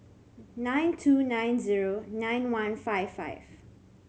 nine two nine zero nine one five five